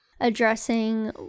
addressing